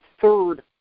third